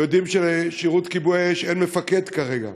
אתם יודעים שלשירות כיבוי האש אין מפקד כרגע?